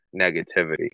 negativity